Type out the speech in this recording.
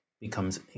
becomes